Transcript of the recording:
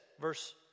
verse